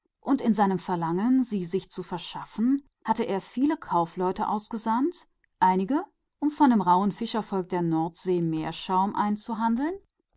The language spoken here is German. und in dem drängenden wunsche sie sich zu verschaffen hatte er viele kaufleute ausgesandt die einen um von dem rauhen fischervolk der meere